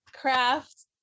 craft